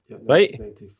right